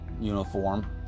uniform